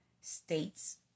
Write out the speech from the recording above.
states